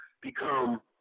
become